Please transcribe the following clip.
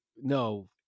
no